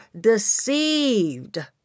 deceived